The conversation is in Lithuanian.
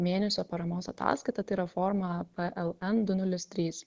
mėnesio paramos ataskaitą tai yra formą pln du nulis trys